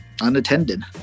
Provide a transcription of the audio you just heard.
unattended